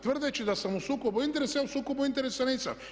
Tvrdeći da sam u sukobu interesa, a ja u sukobu interesa nisam.